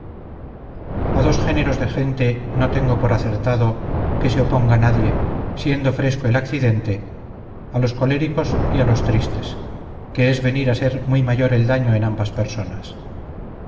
a dos géneros de gente no tengo por acertado que se oponga nadie siendo fresco el accidente a los coléricos y a los tristes que es venir a ser muy mayor el daño en ambas personas